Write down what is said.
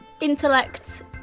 intellect